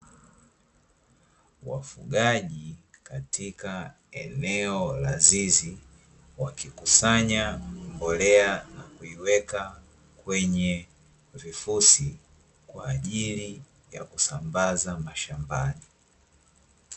Wafugaji katika eneo la zizi, wakikusanya mbolea wakiweka kwenye vifusi kwaajili ya kusambaza mashambani.